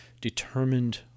determined